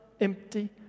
empty